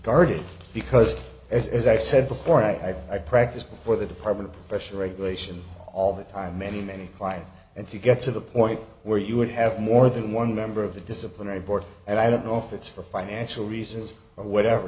guarded because as i said before i i practiced before the department of fresh regulation all the time many many clients and to get to the point where you would have more than one member of the disciplinary board and i don't know if it's for financial reasons or whatever